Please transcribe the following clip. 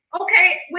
Okay